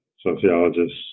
sociologists